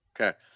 Okay